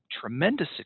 tremendous